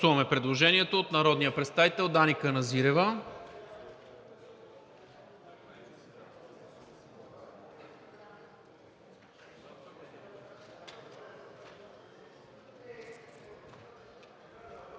Предложението от народния представител Дани Каназирева